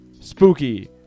Spooky